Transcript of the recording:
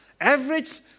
average